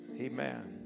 amen